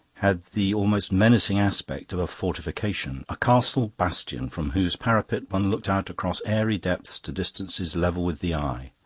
had the almost menacing aspect of a fortification a castle bastion, from whose parapet one looked out across airy depths to distances level with the eye.